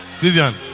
Vivian